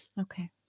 Okay